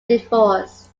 divorced